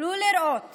תוכלו לראות